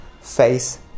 face